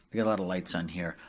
we got a lot of lights on here.